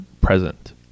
present